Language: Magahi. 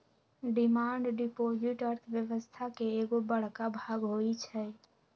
डिमांड डिपॉजिट अर्थव्यवस्था के एगो बड़का भाग होई छै